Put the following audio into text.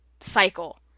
cycle